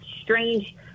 strange